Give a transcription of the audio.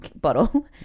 bottle